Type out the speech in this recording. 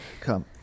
come